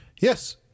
Yes